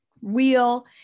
wheel